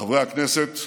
חברי הכנסת,